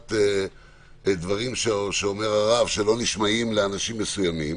לקחת דברים שאומר הרב שלא נשמעים לאנשים מסוימים.